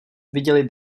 viděli